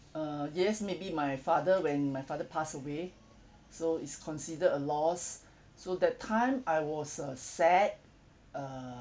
err yes maybe my father when my father pass away so is considered a loss so that time I was uh sad err